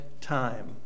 time